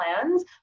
plans